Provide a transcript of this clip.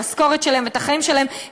את המשכורת שלהם ואת החיים שלהם,